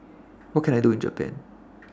What Can I Do in Japan